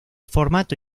formato